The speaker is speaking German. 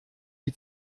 die